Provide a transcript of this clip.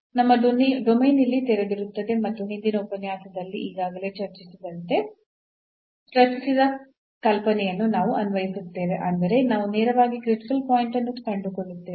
ನಮ್ಮ ಡೊಮೇನ್ ಇಲ್ಲಿ ತೆರೆದಿರುತ್ತದೆ ಮತ್ತು ಹಿಂದಿನ ಉಪನ್ಯಾಸದಲ್ಲಿ ಈಗಾಗಲೇ ಚರ್ಚಿಸಲಾದ ಕಲ್ಪನೆಯನ್ನು ನಾವು ಅನ್ವಯಿಸುತ್ತೇವೆ ಅಂದರೆ ನಾವು ನೇರವಾಗಿ ಕ್ರಿಟಿಕಲ್ ಪಾಯಿಂಟ್ ಅನ್ನು ಕಂಡುಕೊಳ್ಳುತ್ತೇವೆ